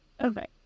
okay